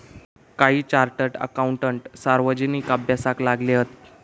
काही chartered accountant सार्वजनिक अभ्यासाक लागले हत